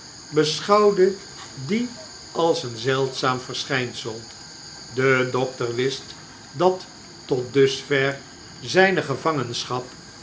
beschouwde dien als een zeldzaam verschijnsel de dokter wist dat tot dusver zjjne